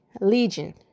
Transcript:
legion